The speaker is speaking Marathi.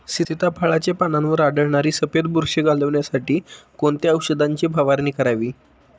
सीताफळाचे पानांवर आढळणारी सफेद बुरशी घालवण्यासाठी कोणत्या औषधांची फवारणी करावी?